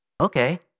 okay